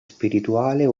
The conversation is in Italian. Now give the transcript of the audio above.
spirituale